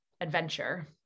adventure